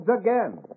again